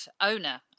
owner